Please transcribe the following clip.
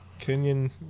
Kenyan